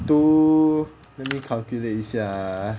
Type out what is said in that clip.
two let me calculate 一下 ah